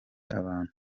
abantu